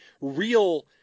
real